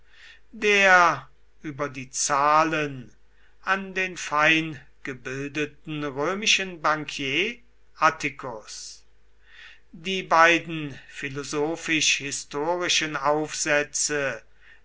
der über die zahlen an den feingebildeten römischen bankier atticus die beiden philosophisch historischen aufsätze